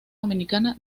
dominicana